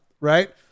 right